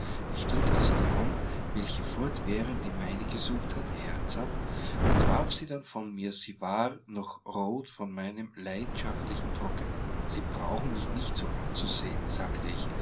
ich drückte seine hand welche fortwährend die meine gesucht hatte herzhaft und warf sie dann von mir sie war noch rot von meinem leidenschaftlichen drucke sie brauchen mich nicht so anzusehen sagte ich